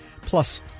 Plus